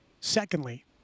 Secondly